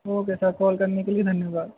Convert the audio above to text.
okay sir call کرنے کے لیے دھنیباد